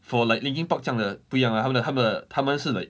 for like linkin park 这样的不一样 lah 他们的他们的他们是 like